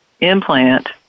implant